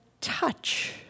Touch